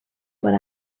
what